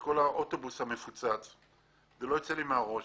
לא יוצא לי מהראש.